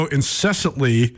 incessantly